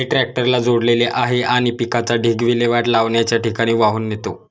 हे ट्रॅक्टरला जोडलेले आहे आणि पिकाचा ढीग विल्हेवाट लावण्याच्या ठिकाणी वाहून नेतो